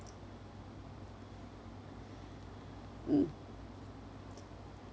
mm